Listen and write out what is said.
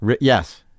Yes